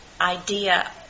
idea